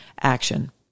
Action